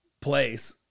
place